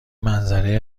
منظره